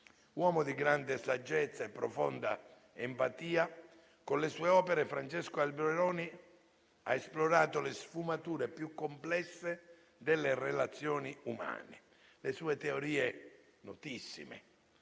Uomo di grande saggezza e profonda empatia, con le sue opere Francesco Alberoni ha esplorato le sfumature più complesse delle relazioni umane. Le sue teorie, notissime,